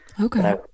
Okay